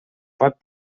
pot